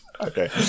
Okay